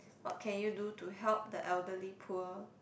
what can you do to help the elderly poor